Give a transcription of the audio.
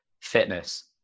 Fitness